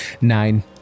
nine